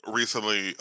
recently